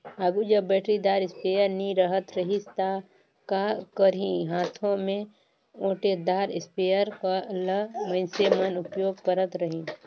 आघु जब बइटरीदार इस्पेयर नी रहत रहिस ता का करहीं हांथे में ओंटेदार इस्परे ल मइनसे मन उपियोग करत रहिन